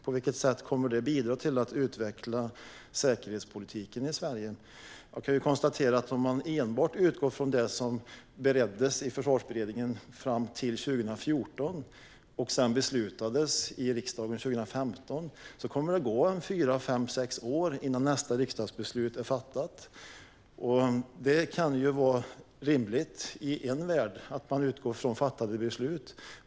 På vilket sätt kommer det att bidra till att utveckla säkerhetspolitiken i Sverige? Jag kan konstatera att om man enbart utgår från det som bereddes i Försvarsberedningen fram till 2014 och sedan beslutades i riksdagen 2015 kommer det att gå fyra, fem, sex år innan nästa riksdagsbeslut är fattat. Det kan vara rimligt i en värld att man utgår från fattade beslut.